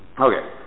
Okay